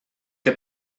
que